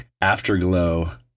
afterglow